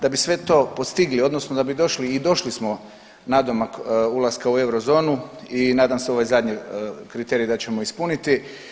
Da bi sve to postigli odnosno da bi došli i došli smo nadomak ulaska u euro zonu i nadam se da ćemo i ovaj zadnji kriterij da ćemo ispuniti.